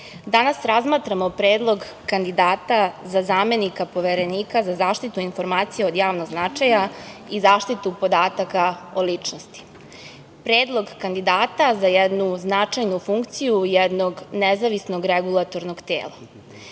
danas razmatramo Predlog kandidata za zamenika Poverenika za zaštitu informacije od javnog značaja, i zaštitu podataka o ličnosti, predlog kandidata za jednu značajnu funkciju jednog nezavisnog regulatornog